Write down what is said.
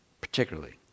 particularly